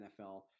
NFL